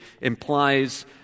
implies